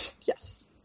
Yes